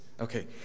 Okay